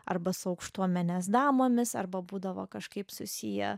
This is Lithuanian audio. arba su aukštuomenės damomis arba būdavo kažkaip susiję